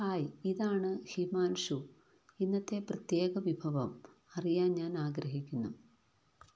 hi ഇതാണ് ഹിമാൻഷൂ ഇന്നത്തെ പ്രത്യേക വിഭവം അറിയാൻ ഞാനാഗ്രഹിക്കുന്നു